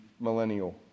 millennial